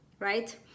right